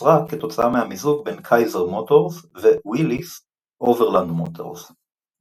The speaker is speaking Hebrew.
נוצרה כתוצאה מהמיזוג בין Kaiser Motors ו-Willys–Overland Motors .